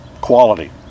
quality